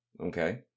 Okay